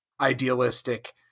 Idealistic